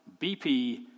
BP